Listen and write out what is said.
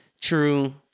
True